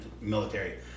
military